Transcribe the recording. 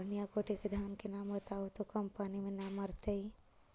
बढ़िया कोटि के धान के नाम बताहु जो कम पानी में न मरतइ?